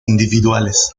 individuales